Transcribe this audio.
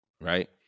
right